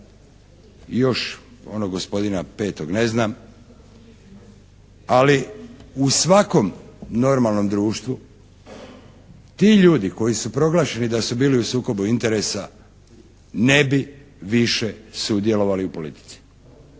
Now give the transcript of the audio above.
još onog gospodina petog ne znam. Ali u svakom normalnom društvu ti ljudi koji su proglašeni da su bili u sukobu interesa, ne bi više sudjelovali u politici.